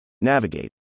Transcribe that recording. navigate